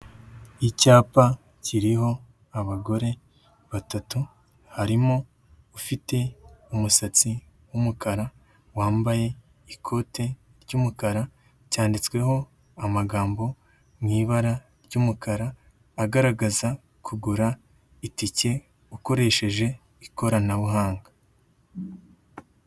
Icyapa kiriho abagore batatu, harimo ufite umusatsi w'umukara, wambaye ikote ry'umukara, cyanditsweho amagambo mu ibara ry'umukara, agaragaza kugura itike ukoresheje ikoranabuhanga.